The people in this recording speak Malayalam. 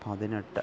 പതിനെട്ട്